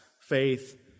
faith